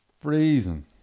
freezing